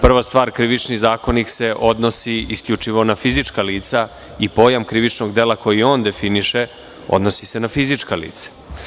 Prva stvar, Krivični zakonik se odnosi isključivo na fizička lica i pojam krivičnog dela koji on definiše se odnosi na fizička lica.